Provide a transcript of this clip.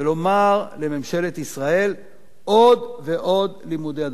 לומר לממשלת ישראל: עוד ועוד לימודי יהדות.